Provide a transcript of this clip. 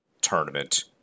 tournament